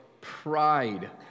pride